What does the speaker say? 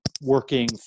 working